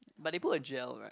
but they put a gel right